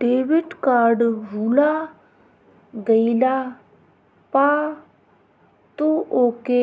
debit card भूला गईला पअ तू ओके